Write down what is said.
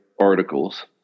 articles